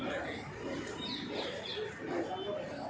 సామాజిక రంగ పథకాల వల్ల సమాజానికి ఎటువంటి ప్రయోజనాలు కలుగుతాయి?